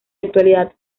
actualidad